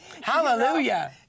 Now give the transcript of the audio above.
Hallelujah